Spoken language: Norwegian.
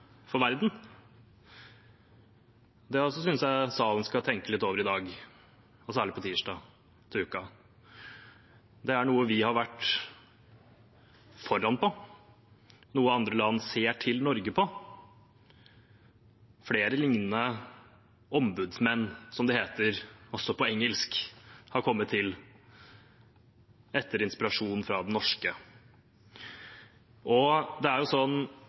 for verden. Det synes jeg også salen skal tenke litt over i dag, og særlig på tirsdag til uken. Det er noe vi har vært foran på, noe andre land ser til Norge for. Flere lignende ombudsmenn, som det heter også på engelsk, har kommet til etter inspirasjon fra den norske. Det er jo sånn